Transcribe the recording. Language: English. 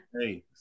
Hey